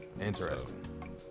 Interesting